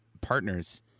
partners